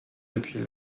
depuis